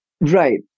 Right